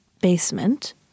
basement